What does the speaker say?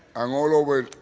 um all over